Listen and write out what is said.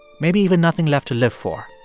maybe even nothing left to live for